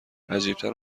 عجیبتر